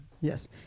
Yes